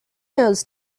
nose